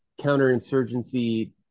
counterinsurgency